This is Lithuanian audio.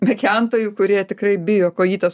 mekentojų kurie tikrai bijo kojytes